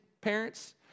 parents